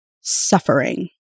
suffering